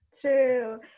true